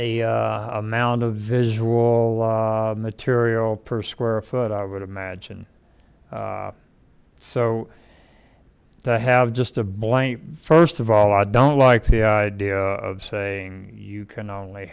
a amount of visual material per square foot i would imagine so i have just a blank first of all i don't like the idea of saying you can only